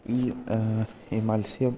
ഈ ഈ മത്സ്യം